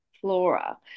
flora